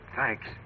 Thanks